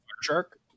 Shark